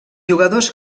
jugadors